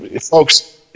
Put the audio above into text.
folks